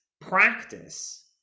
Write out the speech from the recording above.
practice